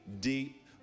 deep